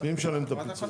מי משלם את הפיצוי?